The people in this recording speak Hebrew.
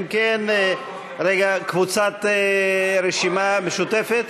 אם כן, קבוצת הרשימה המשותפת?